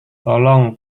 tolong